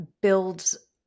builds